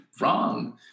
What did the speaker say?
wrong